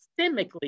systemically